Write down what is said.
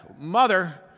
mother